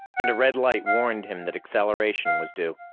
and a red light warned him that acceleration was due.